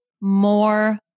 more